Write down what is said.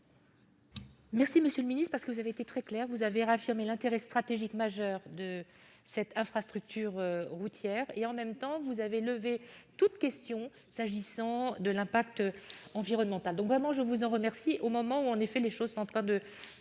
Merci, Monsieur le Ministre, parce que vous avez été très clair, vous avez réaffirmé l'intérêt stratégique majeur de cette infrastructure routière et en même temps vous avez levé toute question s'agissant de l'impact environnemental, donc vraiment je vous en remercie, au moment où, en effet, les choses sont en train de